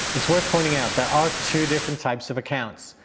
it's worth pointing out there are two different types of accounts,